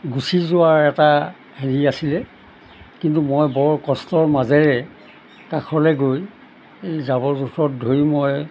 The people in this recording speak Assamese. গুচি যোৱাৰ এটা হেৰি আছিলে কিন্তু মই বৰ কষ্টৰ মাজেৰে কাষলৈ গৈ এই জাবৰ জোঁথৰত ধৰি মই